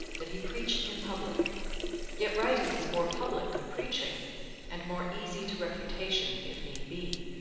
that he preached in public yet writing is more public than preaching and more easy to refutation, if need be,